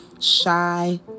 shy